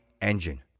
engine